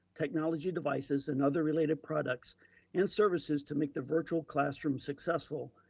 technology devices and other related products and services to make the virtual classroom successful,